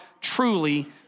truly